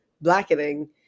blackening